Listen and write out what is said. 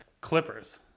Clippers